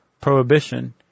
Prohibition